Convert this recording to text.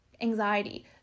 anxiety